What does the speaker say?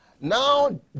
Now